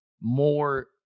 more